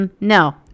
no